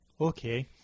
okay